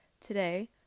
Today